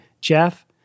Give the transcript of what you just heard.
Jeff